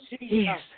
Yes